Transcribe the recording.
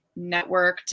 networked